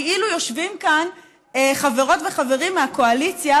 כאילו יושבים כאן חברות וחברים מהקואליציה,